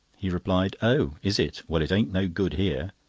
he replied oh! is it? well, it ain't no good here.